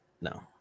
No